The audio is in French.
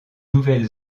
nouvelle